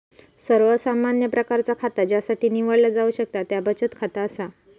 सर्वात सामान्य प्रकारचा खाता ज्यासाठी निवडला जाऊ शकता त्या बचत खाता असा